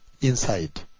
Inside